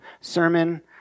sermon